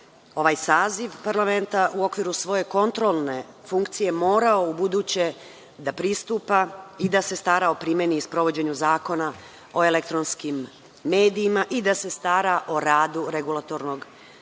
ovaj saziv parlamenta, u okviru svoje kontrolne funkcije morao ubuduće da pristupa, da se stara o primeni i sprovođenju Zakona o elektronskim medijima i da se stara o radu Regulatornog tela za